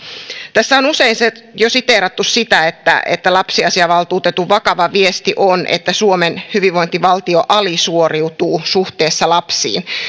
tässä on usein jo siteerattu sitä että että lapsiasiavaltuutetun vakava viesti on että suomen hyvinvointivaltio alisuoriutuu suhteessa lapsiin